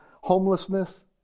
homelessness